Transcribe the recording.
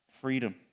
freedom